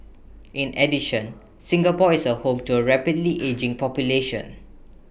in addition Singapore is home to A rapidly ageing population